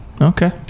Okay